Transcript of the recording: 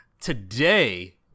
today